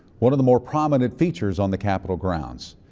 one of the more prominent features on the capitol grounds.